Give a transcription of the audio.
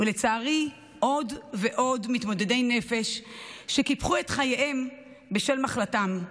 ולצערי יש עוד ועוד מתמודדי נפש שקיפחו את חייהם בשל מחלתם,